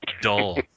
Dull